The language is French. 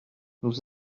nous